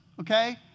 okay